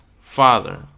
father